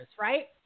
right